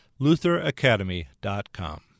lutheracademy.com